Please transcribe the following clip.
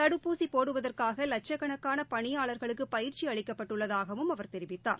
தடுப்பூசி போடுவதற்காக லட்சக்கணக்கான பணியாளர்களுக்கு பயிற்சி அளிக்கப்பட்டுள்ளதாகவும் அவர் தெரிவித்தார்